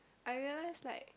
I realise like